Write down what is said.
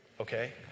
okay